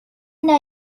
know